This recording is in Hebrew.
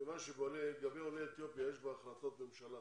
כיוון שלגבי עולי אתיופיה יש כבר החלטות ממשלה